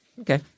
Okay